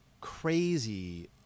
crazy